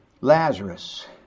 Lazarus